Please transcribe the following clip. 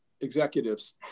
executives